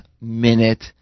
minute